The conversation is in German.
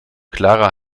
clara